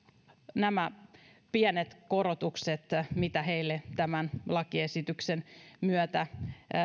nämä pienet korotukset mitä heille tämän lakiesityksen myötä